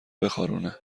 بخارونه